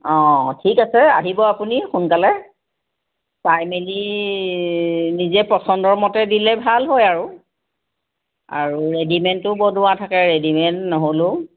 অ' ঠিক আছে আহিব আপুনি সোনকালে চাই মেলি নিজে পচন্দৰ মতে দিলে ভাল হয় আৰু আৰু ৰেডিমেডো বনোৱা থাকে ৰেডিমেড নহ'লেও